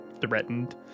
threatened